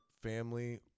family